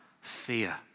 fear